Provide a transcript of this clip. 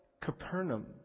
Capernaum